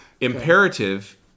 Imperative